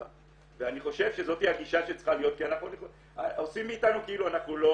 ואני חושב שזאת הגישה שצריכה להיות כי עושים מאיתנו כאילו אנחנו לא